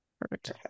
Perfect